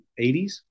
80s